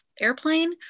airplane